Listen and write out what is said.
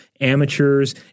amateurs